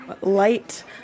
light